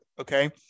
Okay